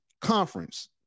conference